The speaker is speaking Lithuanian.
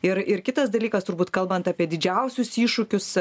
ir ir kitas dalykas turbūt kalbant apie didžiausius iššūkius